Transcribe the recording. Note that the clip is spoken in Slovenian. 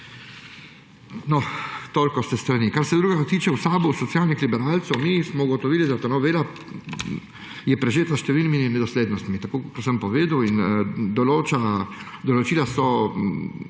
gre. Toliko s te strani. Kar se drugega tiče. V SAB-u, v socialnih liberalcih, smo ugotovili, da ta novela je prežeta s številnimi nedoslednostmi, tako kot sem povedal. Določena določila so